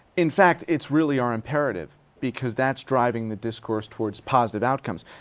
in fact, it's really our imperative, because that's driving the discourse towards positive outcomes.